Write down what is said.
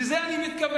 לזה אני מתכוון.